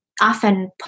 often